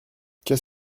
qu’est